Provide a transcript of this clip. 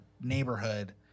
neighborhood